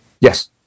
Yes